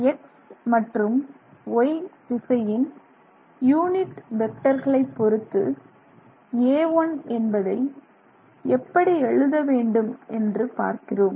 X மற்றும் Y திசையின் unit வெக்டர்களைப் பொறுத்து a1 என்பதை எப்படி எழுதவேண்டும் என்று பார்க்கிறோம்